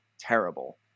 terrible